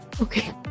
Okay